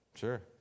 sure